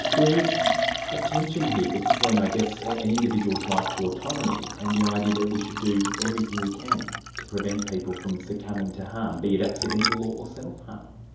there is a tension here between i guess an individual's right to autonomy, and the idea that we should do everything we can to prevent people from succumbing to harm, be it accidental or self-harm.